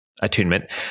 attunement